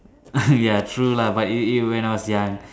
ya true lah but it it when I was young